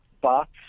box